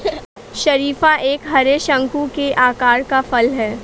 शरीफा एक हरे, शंकु के आकार का फल है